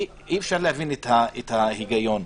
אי-אפשר להבין את ההיגיון.